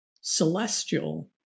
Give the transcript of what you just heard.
celestial